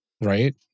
Right